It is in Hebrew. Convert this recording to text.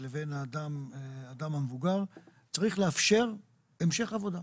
לבין האדם המבוגר צריך לאפשר המשך עבודה.